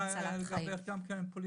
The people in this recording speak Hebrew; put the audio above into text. יש לי לדבר גם על פוליטיקה.